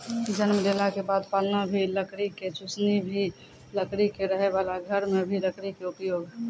जन्म लेला के बाद पालना भी लकड़ी के, चुसनी भी लकड़ी के, रहै वाला घर मॅ भी लकड़ी के उपयोग